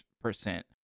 percent